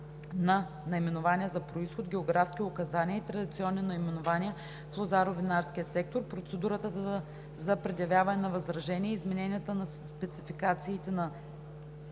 на наименования за произход, географски указания и традиционни наименования в лозаро-винарския сектор, процедурата за предявяване на възражения, измененията на спецификациите на